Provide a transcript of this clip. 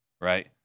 right